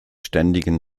ständigen